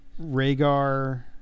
Rhaegar